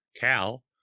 cal